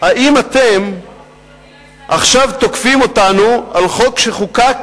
האם אתם תוקפים אותנו עכשיו על חוק שחוקק